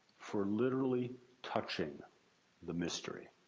for literally touching the mystery.